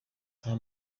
nta